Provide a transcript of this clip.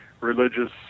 religious